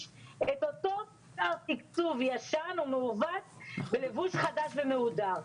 את אותו תקצוב ישן ומעוות בלבוש חדש ומהודר.